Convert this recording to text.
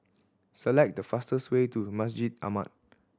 select the fastest way to Masjid Ahmad